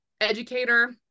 educator